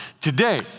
Today